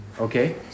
Okay